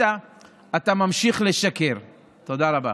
תודה רבה.